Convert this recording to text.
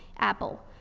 apple.